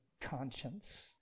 conscience